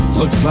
Look